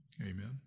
Amen